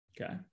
Okay